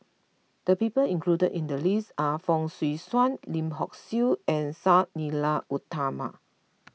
the people included in the list are Fong Swee Suan Lim Hock Siew and Sang Nila Utama